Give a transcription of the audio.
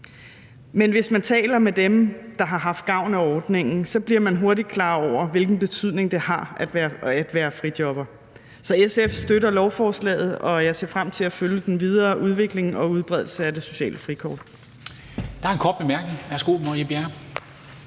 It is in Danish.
Men hvis man taler med dem, der har haft gavn af ordningen, bliver man hurtigt klar over, hvilken betydning det har at være frijobber. Så SF støtter lovforslaget, og jeg ser frem til at følge den videre udvikling og udbredelse af det sociale frikort.